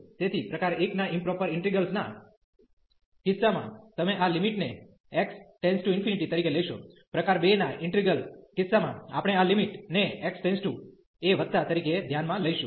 તેથી પ્રકાર 1 ના ઈમપ્રોપર ઇન્ટિગલ ના કિસ્સામાં તમે આ લિમિટ ને x→∞ તરીકે લેશો પ્રકાર 2 ના ઇન્ટિગલ કિસ્સામાં આપણે આ લિમિટ ને x→a તરીકે ધ્યાનમાં લઈશું